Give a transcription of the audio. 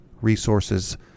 resources